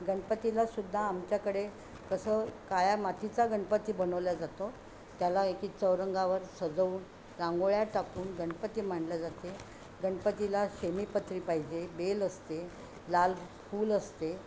गणपतीलासुद्धा आमच्याकडे कसं काळ्या मातीचा गणपती बनवला जातो त्याला एकी चौरंगावर सजवून रांगोळ्या टाकून गणपती मांडला जाते गणपतीला शमीपत्री पाहिजे बेल असते लाल फूल असते